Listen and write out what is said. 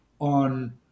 on